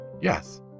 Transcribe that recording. yes